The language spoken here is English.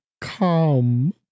come